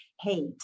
hate